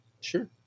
Sure